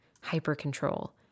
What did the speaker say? hyper-control